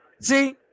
see